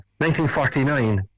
1949